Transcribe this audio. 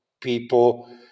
people